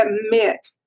admit